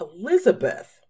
Elizabeth